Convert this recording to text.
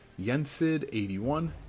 Yensid81